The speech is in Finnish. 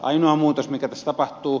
ainoa muutos mikä tässä tapahtuu